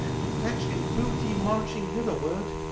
to fetch in booty, marching hitherward,